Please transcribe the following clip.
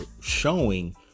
showing